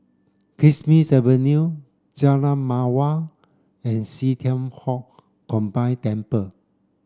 Kismis Avenue Jalan Mawar and See Thian Foh Combined Temple